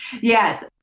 Yes